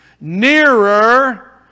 nearer